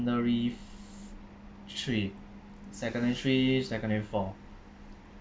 three secondary three secondary four